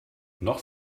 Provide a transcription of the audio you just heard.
noch